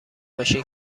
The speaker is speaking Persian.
ماشین